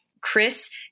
Chris